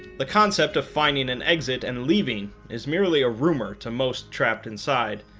the concept of finding an exit and leaving is merely a rumor to most trapped inside,